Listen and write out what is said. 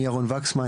אני ירון וקסמן,